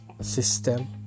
system